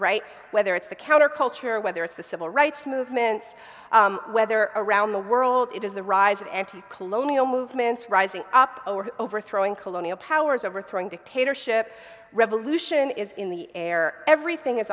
right whether it's the counterculture whether it's the civil rights movements whether around the world it is the rise and to colonial movements rising up over overthrowing colonial powers overthrowing dictatorship revolution is in the air everything is